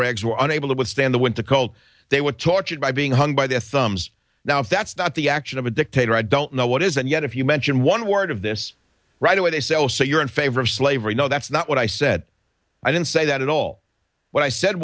rags were unable to withstand the winter cold they were tortured by being hung by their thumbs now if that's not the action of a dictator i don't know what is and yet if you mention one word of this right away they say oh so you're in favor of slavery no that's not what i said i didn't say that at all what i said